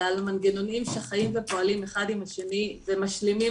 אלא על מנגנונים שחיים ופועלים אחד עם השני ומשלימים